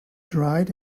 dried